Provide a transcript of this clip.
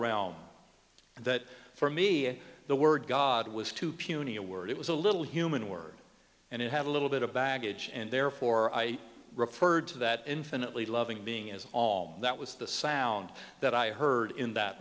and that for me the word god was too puny a word it was a little human word and it had a little bit of baggage and therefore i referred to that infinitely loving being as all that was the sound that i heard in that